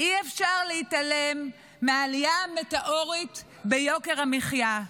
אי-אפשר להתעלם מהעלייה המטאורית ביוקר המחיה.